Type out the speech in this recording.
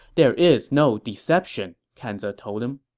there is no deception, kan ze told him